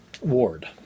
ward